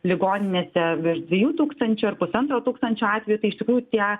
ligoninėse virš dviejų tūkstančių ar pusantro tūkstančio atvejų tai iš tikrųjų tie